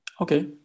okay